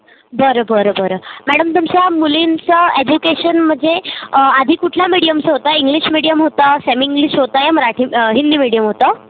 बरं बरं बरं मॅडम तुमच्या मुलींचं एज्युकेशन म्हणजे आधी कुठल्या मिडियमचं होतं इंग्लिश मिडियम होता सेमी इंग्लिश होतं या मराठी हिंदी मिडियम होतं